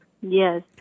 Yes